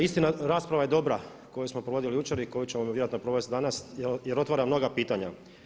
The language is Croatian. Istina rasprava je dobra koju smo provodili jučer i koju ćemo vjerojatno provoditi danas, jer otvara mnoga pitanja.